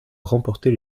remporter